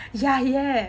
ya correct